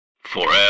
forever